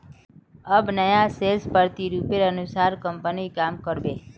अब नया सेल्स प्रतिरूपेर अनुसार कंपनी काम कर बे